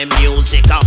music